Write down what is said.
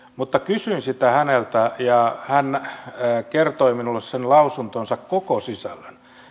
mutta kysyin sitä häneltä ja hän kertoi minulle sen lausuntonsa koko sisällön